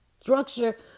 structure